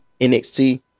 NXT